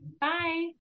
Bye